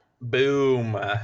Boom